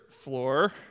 floor